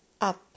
up